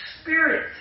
spirit